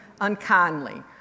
unkindly